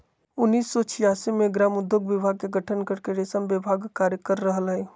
उन्नीस सो छिआसी मे ग्रामोद्योग विभाग के गठन करके रेशम विभाग कार्य कर रहल हई